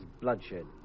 bloodshed